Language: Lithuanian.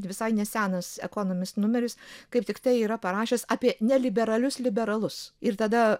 visai nesenas ekonomist numeris kaip tiktai yra parašęs apie neliberalius liberalus ir tada